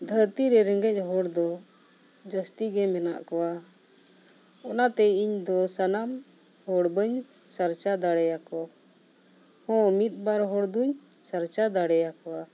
ᱫᱷᱟᱹᱨᱛᱤ ᱨᱮ ᱨᱮᱸᱜᱮᱡ ᱦᱚᱲ ᱫᱚ ᱡᱟᱹᱥᱛᱤ ᱜᱮ ᱢᱮᱱᱟᱜ ᱠᱚᱣᱟ ᱚᱱᱟᱛᱮ ᱤᱧ ᱫᱚ ᱥᱟᱱᱟᱢ ᱦᱚᱲ ᱵᱟᱹᱧ ᱥᱟᱨᱪᱟ ᱫᱟᱲᱮᱭᱟᱠᱚ ᱦᱚᱸ ᱢᱤᱫ ᱵᱟᱨ ᱦᱚᱲ ᱫᱚᱧ ᱥᱟᱨᱪᱟ ᱫᱟᱲᱮᱭᱟᱠᱚᱣᱟ